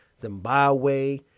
Zimbabwe